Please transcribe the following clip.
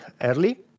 early